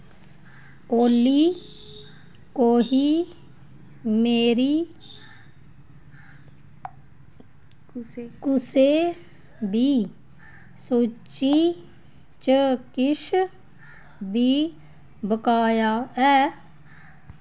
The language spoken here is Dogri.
ओली कोही मेरी कुसै बी सूची च किश बी बकाया ऐ